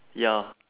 ya